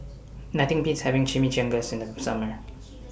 Nothing Beats having Chimichangas in The Summer